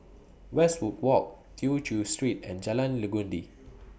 Westwood Walk Tew Chew Street and Jalan Legundi